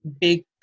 big